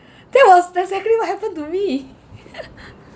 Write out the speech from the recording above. that was exactly what happened to me